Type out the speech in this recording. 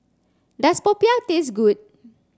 does Popiah taste good